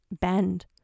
bend